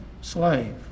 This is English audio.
slave